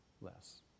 less